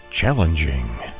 Challenging